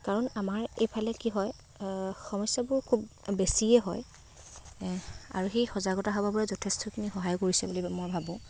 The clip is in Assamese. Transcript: কাৰণ আমাৰ এইফালে কি হয় সমস্যাবোৰ খুব বেছিয়ে হয় আৰু সেই সজাগতা সভাবোৰে যথেষ্টখিনি সহায় কৰিছে বুলি মই ভাবোঁ